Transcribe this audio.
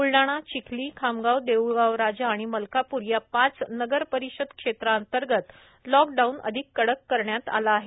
ब्लडाणा चिखली खामगाव देऊळगावराजा आणि मलकापूर या पाच नगरपरिषद क्षेत्रांतर्गत लॉकडाऊन कडक करण्यात आला आहे